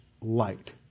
Light